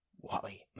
Wally